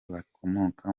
bakomoka